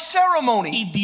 ceremony